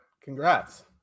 Congrats